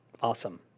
Awesome